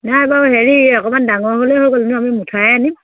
নাই বাৰু হেৰি অকণমান ডাঙৰ হ'লেই হৈ গ'ল এনেও আমি মুঠাই আনিম